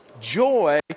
Joy